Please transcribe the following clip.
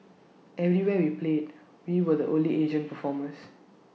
everywhere we played we were the only Asian performers